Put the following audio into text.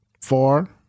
four